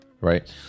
right